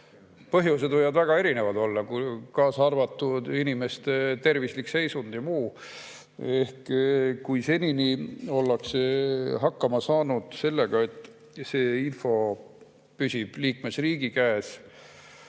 Põhjused võivad siin väga erinevad olla, kaasa arvatud inimese tervislik seisund ja muu. Kui senini ollakse hakkama saanud nii, et see info püsib liikmesriigi käes,